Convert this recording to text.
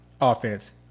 offense